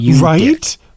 Right